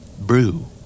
Brew